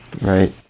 Right